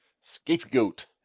scapegoat